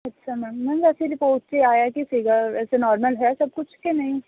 ਅੱਛਾ ma'am ma'am ਵੈਸੇ report 'ਚ ਆਇਆ ਕੀ ਸੀਗਾ ਵੈਸੇ ਨੋਰਮਲ ਹੈ ਸਭ ਕੁਝ ਕਿ ਨਹੀਂ